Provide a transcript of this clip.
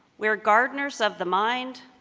we're gardeners of the mind,